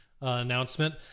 announcement